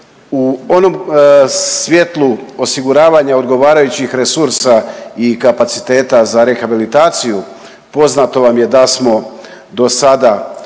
U onom svjetlu osiguravanja odgovarajućih resursa i kapaciteta za rehabilitaciju poznato vam je da smo dosada